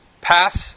pass